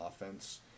offense